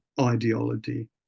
ideology